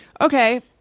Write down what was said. Okay